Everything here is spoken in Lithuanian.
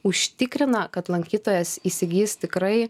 užtikrina kad lankytojas įsigis tikrai